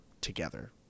together